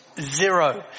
zero